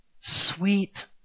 sweet